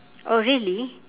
oh really